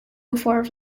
before